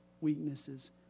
weaknesses